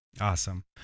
Awesome